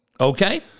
Okay